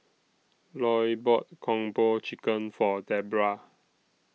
Loy bought Kung Po Chicken For Debra